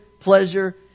pleasure